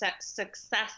success